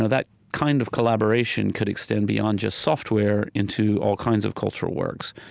ah that kind of collaboration could extend beyond just software into all kinds of cultural works.